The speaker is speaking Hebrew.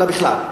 אלא בכלל.